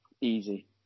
easy